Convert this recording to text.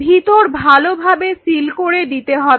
ভিতর ভালোভাবে সিল করে দিতে হবে